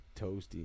toasty